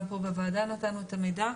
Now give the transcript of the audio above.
גם פה בוועדה נתנו את המידע,